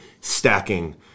stacking